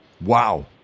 Wow